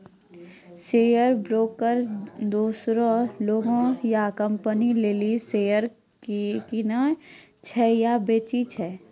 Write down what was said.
share broker दोसरो लोग या कंपनी लेली शेयर किनै छै या बेचै छै